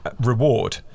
reward